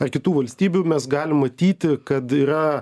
ar kitų valstybių mes galim matyti kad yra